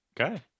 okay